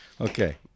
okay